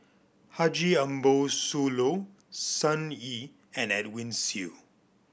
Haji Ambo Sooloh Sun Yee and Edwin Siew